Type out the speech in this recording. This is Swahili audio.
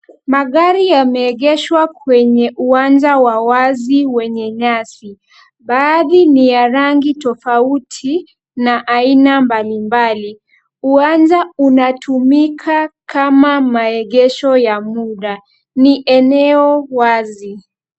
Magari yameegeshwa kwenye uwanja wa wazi wenye nyasi. Baadhi ni ya rangi tofauti na aina mbalimbali. Uwanja unatumika kama maegesho ya mda. Ni eneo wazi.